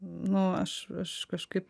nu aš aš kažkaip